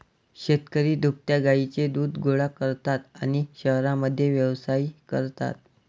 शेतकरी दुभत्या गायींचे दूध गोळा करतात आणि शहरांमध्ये व्यवसायही करतात